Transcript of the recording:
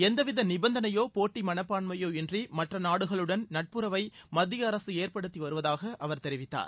எந்த வித நிபந்தனையோ போட்டி மனப்பான்மையோ இன்றி மற்ற நாடுகளுடன் நட்புறவை மத்திய அரசு ஏற்படுத்தி வருவதாக அவர் தெரிவித்தார்